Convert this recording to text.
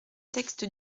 texte